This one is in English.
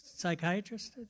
psychiatrist